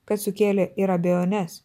kad sukėlė ir abejones